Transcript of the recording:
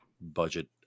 budget